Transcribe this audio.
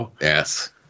Yes